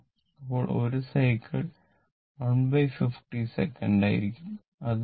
അപ്പോൾ 1 cycle 150 second ആയിരിക്കും അത് 0